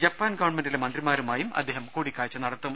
Japan ഗവൺമെന്റിലെ മന്ത്രി മാരുമായും അദ്ദേഹം കൂടിക്കാഴ്ച നടത്തും